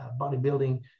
bodybuilding